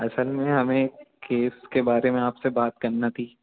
असल में हमें केस के बारे में आप से बात करना थी